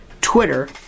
Twitter